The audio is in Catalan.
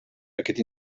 aquest